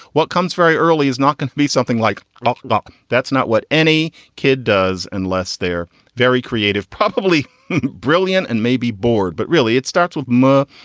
what comes very early is not going to be something like ok, but that's not what any kid does unless they're very creative, probably brilliant and may be bored. but really it starts with more.